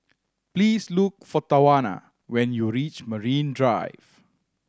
please look for Tawana when you reach Marine Drive